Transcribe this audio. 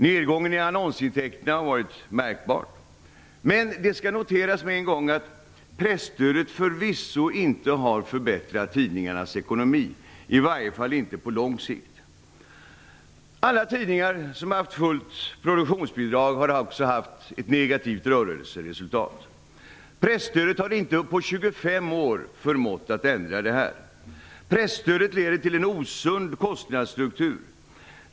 Nergången i annonsintäkterna har varit märkbar. Men det skall noteras med en gång att presstödet förvisso inte har förbättrat tidningarnas ekonomi, i varje fall inte på lång sikt. Alla tidningar som har haft fullt produktionsbidrag har också haft ett negativt rörelseresultat. Presstödet har inte på 25 år förmått att ändra detta. Presstödet leder till osund kostnadsstruktur.